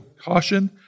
caution